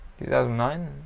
2009